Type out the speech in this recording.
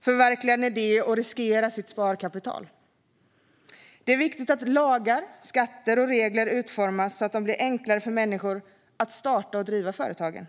förverkliga en idé och riskera sitt sparkapital. Det är viktigt att lagar, skatter och regler utformas så att det blir enklare för människor att starta och driva företag.